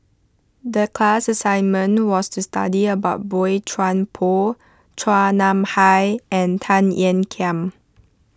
the class assignment was to study about Boey Chuan Poh Chua Nam Hai and Tan Ean Kiam